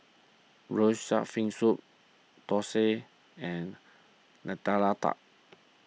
Braised Shark Fin Soup Thosai and Nutella Tart